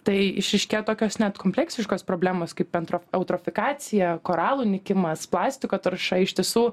tai išryškėja tokios net kompleksiškos problemos kaip entro eutrofikacija koralų nykimas plastiko tarša iš tiesų